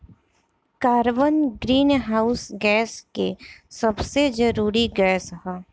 carbon greenhouse gas के सबसे जरूरी गैस ह